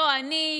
לא אני,